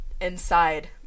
inside